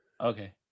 Okay